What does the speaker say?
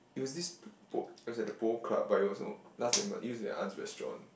it was this it was at the pole club but it was on last then use in my aunt's restaurant